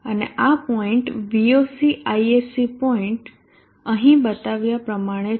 અને આ point Voc Isc point અહીં બતાવ્યા પ્રમાણે છે